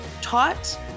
taught